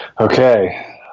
Okay